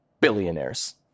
billionaires